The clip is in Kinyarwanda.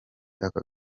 aka